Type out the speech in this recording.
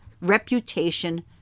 reputation